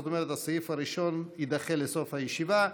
זאת אומרת שהסעיף הראשון יידחה לסוף הישיבה.